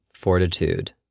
fortitude